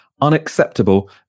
unacceptable